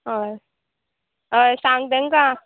हय हय सांग तांकां